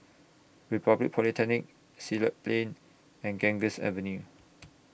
Republic Polytechnic Siglap Plain and Ganges Avenue